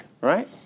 right